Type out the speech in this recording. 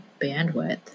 bandwidth